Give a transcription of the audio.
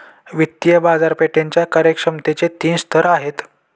वित्तीय बाजारपेठेच्या कार्यक्षमतेचे तीन स्तर आहेत